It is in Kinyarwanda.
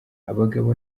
abagabo